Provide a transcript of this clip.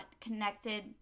Connected